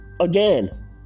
again